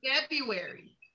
February